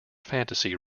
fantasy